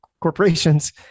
corporations